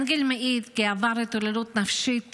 אנגל מעיד כי עבר התעללות נפשית